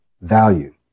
value